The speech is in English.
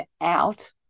out